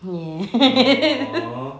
ya